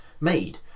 made